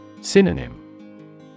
Synonym